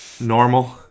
normal